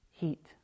Heat